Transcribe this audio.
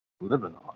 Lebanon